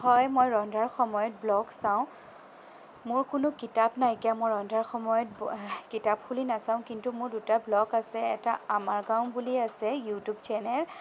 হয় মই ৰন্ধাৰ সময়ত ব্লগ চাওঁ মোৰ কোনো কিতাপ নাইকিয়া মই ৰন্ধাৰ সময়ত কিতাপ খুলি নাচাওঁ কিন্তু মোৰ দুটা ব্লগ আছে এটা আমাৰ গাঁও বুলি আছে ইউটিউব চেনেল